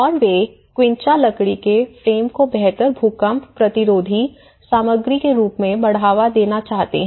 और वे क्विंचा लकड़ी के फ्रेम को बेहतर भूकंप प्रतिरोधी सामग्री के रूप में बढ़ावा देना चाहते हैं